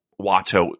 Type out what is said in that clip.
Watto